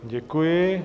Děkuji.